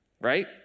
right